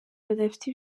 badafite